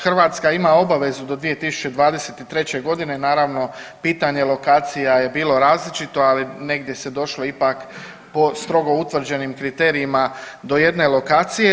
Hrvatska ima obavezu do 2023.g. naravno pitanje lokacija je bilo različito, ali negdje se došlo ipak po strogo utvrđenim kriterijima do jedne lokacije.